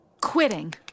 Quitting